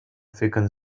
thickened